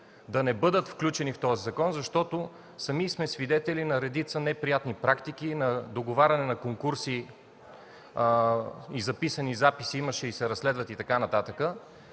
да не бъдат включени в закона, защото сами сме свидетели на редица неприятни практики, договаряне на конкурси, имаше и записи, които се разследват, и така нататък.